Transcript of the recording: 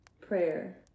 prayer